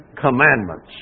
Commandments